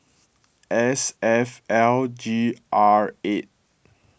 S F L G R eight